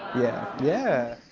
yeah. yeah.